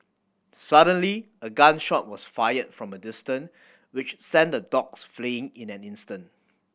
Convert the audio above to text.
suddenly a gun shot was fired from a distance which sent the dogs fleeing in an instant